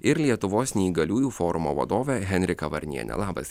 ir lietuvos neįgaliųjų forumo vadovė henrika varnienė labas